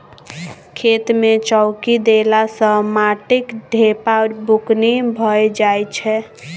खेत मे चौकी देला सँ माटिक ढेपा बुकनी भए जाइ छै